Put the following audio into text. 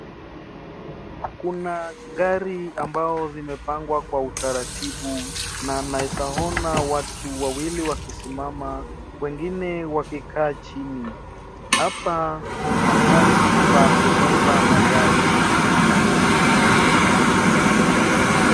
Kuna gari ambazo zimepangwa kwa utaratibu na naeza ona watu wawili wakisimama, wengine wakikaa chini. Hapa ni mahali pa kuuza magari.